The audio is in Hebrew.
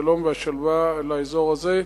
השלום והשלווה לאזור הזה,